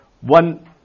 one